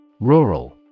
Rural